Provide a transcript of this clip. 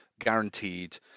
guaranteed